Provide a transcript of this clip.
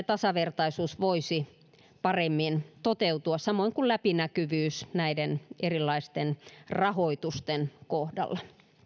tasavertaisuus voisi paremmin toteutua samoin kuin läpinäkyvyys näiden erilaisten rahoitusten kohdalla